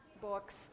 books